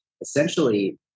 essentially